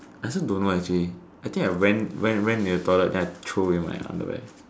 I also don't know actually I think I went went went into the toilet then I throw away my underwear